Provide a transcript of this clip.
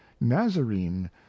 nazarene